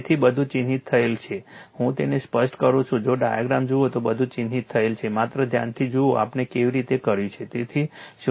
તેથી બધું ચિહ્નિત થયેલ છે હું તેને સ્પષ્ટ કરું છું જો ડાયગ્રામ જુઓ તો બધું જ ચિહ્નિત થયેલ છે માત્ર ધ્યાનથી જુઓ કે આપણે તે કેવી રીતે કર્યું છે